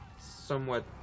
somewhat